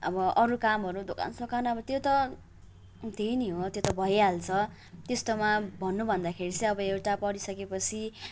अब अरू कामहरू दोकानसोकानहरू त्यो त धेरै नै हो त्यो त भइहाल्छ त्यस्तोमा भन्नु भन्दाखेरि चाहिँ अब एउटा पढिसकेपछि